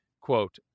Quote